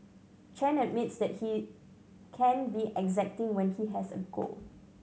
Chen admits that he can be exacting when he has a goal